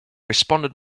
responded